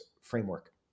framework